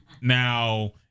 Now